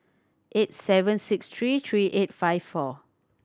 eight seven six three three eight five four